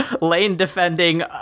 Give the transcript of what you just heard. lane-defending